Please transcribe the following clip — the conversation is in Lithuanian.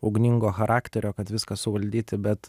ugningo charakterio kad viską suvaldyti bet